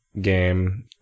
game